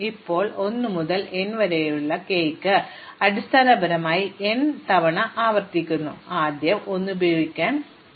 ഇപ്പോൾ 1 മുതൽ n വരെയുള്ള k ന് ഞാൻ അടിസ്ഥാനപരമായി ഇത് n തവണ ആവർത്തിക്കുന്നു ആദ്യം 1 ഉപയോഗിക്കാൻ ഞാൻ അനുവദിക്കുന്നു